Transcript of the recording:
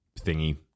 thingy